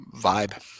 vibe